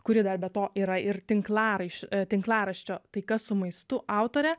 kuri dar be to yra ir tinklaraiš tinklaraščio taika su maistu autorė